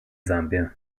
zambia